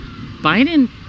Biden